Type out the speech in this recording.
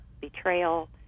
betrayal